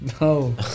No